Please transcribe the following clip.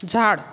झाड